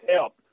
help